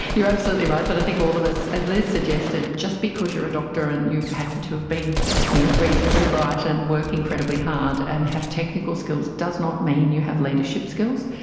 you're absolutely right, but i think all of us, as liz suggested, just because you're a doctor and you happen to have been you know reasonably bright and work incredibly hard and have technical skills, does not mean you have leadership skills,